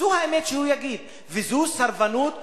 זו האמת שהוא יגיד, וזו סרבנות לשלום.